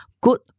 good